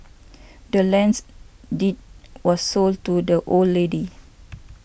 the land's deed was sold to the old lady